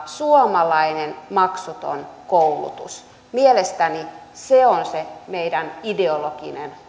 suomalainen maksuton koulutus mielestäni se on se meidän ideologinen